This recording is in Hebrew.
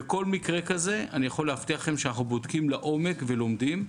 כל מקרה כזה אני יכול להבטיח לכם שאנחנו בודקים לעומק ולומדים.